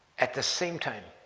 at the same time,